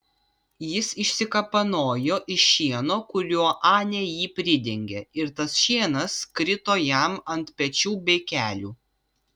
jis išsikapanojo iš šieno kuriuo anė jį pridengė ir tas šienas krito jam ant pečių bei kelių